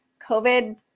covid